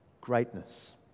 greatness